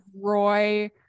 roy